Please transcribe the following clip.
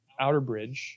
Outerbridge